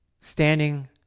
standing